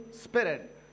Spirit